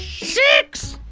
six,